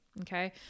Okay